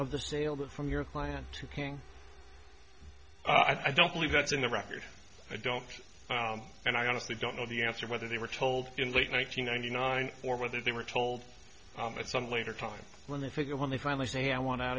of the sale that from your client to king i don't believe that's in the record i don't and i honestly don't know the answer whether they were told in late one nine hundred ninety nine or whether they were told at some later time when they figure when they finally say i want out